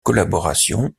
collaboration